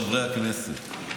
חברי הכנסת,